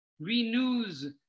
renews